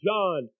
John